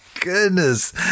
Goodness